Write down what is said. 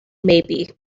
maybe